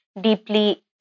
deeply